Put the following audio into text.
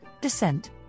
descent